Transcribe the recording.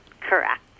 Correct